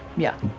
yeah.